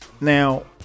Now